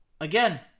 again